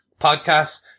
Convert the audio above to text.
podcasts